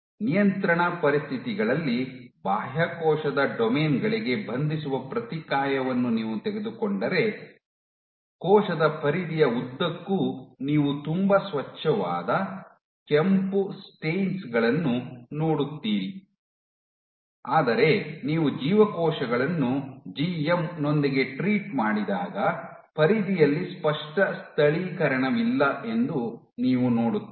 ನಿಯಂತ್ರಣ ಪರಿಸ್ಥಿತಿಗಳಲ್ಲಿ ಬಾಹ್ಯಕೋಶದ ಡೊಮೇನ್ ಗಳಿಗೆ ಬಂಧಿಸುವ ಪ್ರತಿಕಾಯವನ್ನು ನೀವು ತೆಗೆದುಕೊಂಡರೆ ಕೋಶದ ಪರಿಧಿಯ ಉದ್ದಕ್ಕೂ ನೀವು ತುಂಬಾ ಸ್ವಚ್ಛವಾದ ಕೆಂಪು ಸ್ಟೈನ್ಸ್ ಗಳನ್ನು ನೋಡುತ್ತೀರಿ ಆದರೆ ನೀವು ಜೀವಕೋಶಗಳನ್ನು ಜಿಎಂ ನೊಂದಿಗೆ ಟ್ರೀಟ್ ಮಾಡಿದಾಗ ಪರಿಧಿಯಲ್ಲಿ ಸ್ಪಷ್ಟ ಸ್ಥಳೀಕರಣವಿಲ್ಲ ಎಂದು ನೀವು ನೋಡುತ್ತೀರಿ